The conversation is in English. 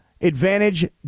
Advantage